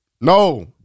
No